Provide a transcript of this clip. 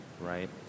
right